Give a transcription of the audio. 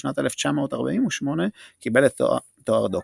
בשנת 1948 קיבל תואר דוקטור.